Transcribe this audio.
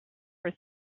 for